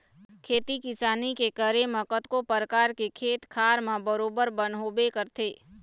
खेती किसानी के करे म कतको परकार के खेत खार म बरोबर बन होबे करथे